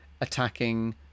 attacking